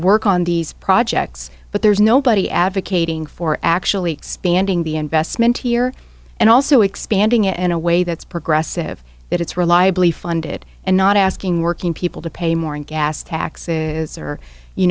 work on these projects but there's nobody advocating for actually expanding the investment here and also expanding it in a way that's progressive that it's reliably funded and not asking working people to pay more in gas taxes or you